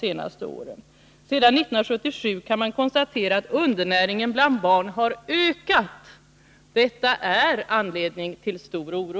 Sedan år 1977 har undernäringen bland barn ökat, och det inger stor oro.